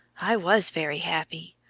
i was very happy.